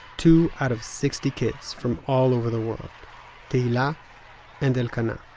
two out of sixty kids, from all over the world tehila and elkana.